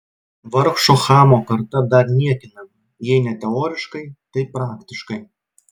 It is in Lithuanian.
vargšo chamo karta dar niekinama jei ne teoriškai tai praktiškai